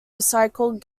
recycled